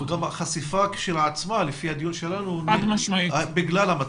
גם החשיפה כשלעצמה לפי הדיון שלנו היא רק בגלל המצלמות.